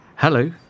Hello